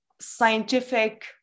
scientific